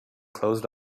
closed